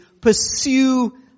pursue